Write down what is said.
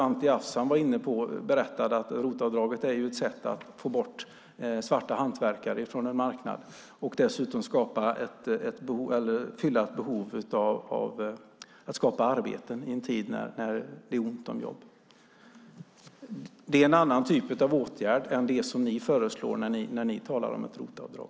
Anti Avsan var inne på det och berättade att ROT-avdraget är ett sätt att få bort svarta hantverkare från en marknad och att dessutom skapa arbeten i en tid när det är ont om jobb. Det är en annan typ av åtgärd än det som ni föreslår när ni talar om ROT-avdrag.